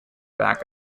back